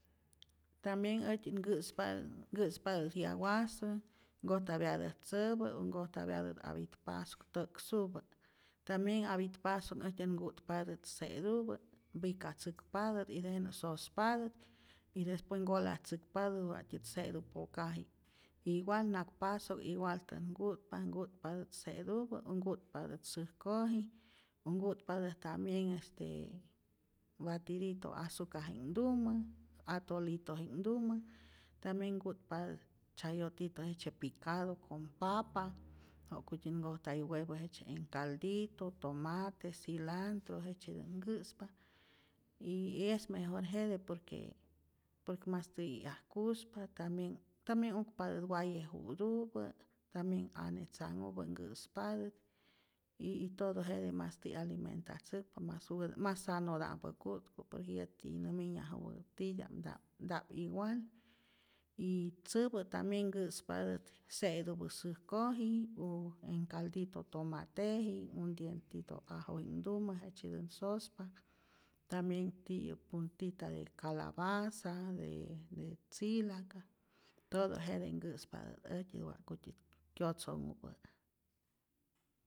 Tambien äjtyä nkä'spatä nkä'spatät yawasäk nkojtapyatät tzäpä u nkojtapyatät apitpasok tä'ksupä, tambien apitpasok äjtyät nku'tpatät se'tupä, mpicatzäkpatät y tejenä sospatät y despues nkolatzäkpatä wak'tyät se'tu pokaji'k, igual nakpasok igualtä't nku'tpa, nku'tpatät se'tupä o nku'tpatät säjkojmä o nku'tpatät tambien este batidito azucaji'knhtumä, atolitoji'knhtumä, tambien nku'tpatät chayotito jejtzye picado con papa jakutyät nkojtayu huevo jejtzye en caldito, tomate, cilantro, jejtzyetät nkä'spa y es mejor jete por que por que mastitä 'yak'kuspa, tambien tambien ukpatät waye ju'tupä, tambien ane tzanhupä nkä'spatät, y y todo jete mastä 'yalimentatzäkpa, mas wäpä, mas sanota'mpä ku'tku pues yäti nä minyajupä titya'p nta'p nta'p igual, y tzäpä tambien nkä'spatät se'tupä säjkoji'nh o en caldito tomateji'k, un dientito ajoji'knhtumä jejtzyetät sospa, tambien ti'yäk puntita de calabaza, de de tzilaca, todo jete nkä'spatät äjtyä wa'kutyä kyotzonhupä'.